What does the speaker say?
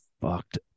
fucked